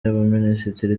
y’abaminisitiri